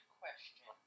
question